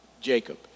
Jacob